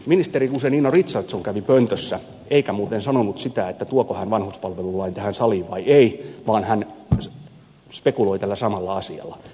ministeri guzenina richardson kävi pöntössä eikä muuten sanonut sitä että tuoko hän vanhuspalvelulain tähän saliin vai ei vaan hän spekuloi tällä samalla asialla